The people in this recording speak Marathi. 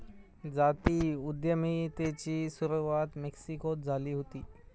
जाती उद्यमितेची सुरवात मेक्सिकोत झाली हुती